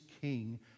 king